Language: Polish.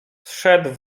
zszedł